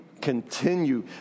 continue